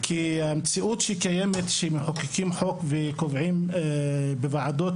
כי המציאות שקיימת שמחוקקים חוק וקובעים בוועדות